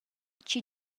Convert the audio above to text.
chi